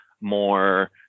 more